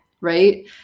right